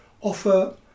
offer